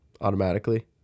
automatically